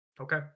Okay